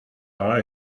are